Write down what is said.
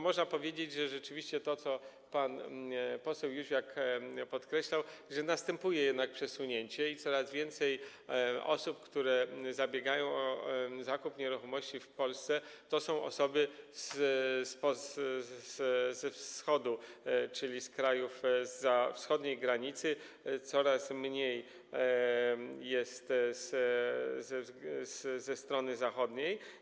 Można powiedzieć, że rzeczywiście - to pan poseł Józwiak podkreślał - następuje jednak przesunięcie i coraz więcej osób, które zabiegają o zakup nieruchomości w Polsce, to są osoby ze Wschodu, czyli z krajów zza wschodniej granicy, coraz mniej osób jest ze strony zachodniej.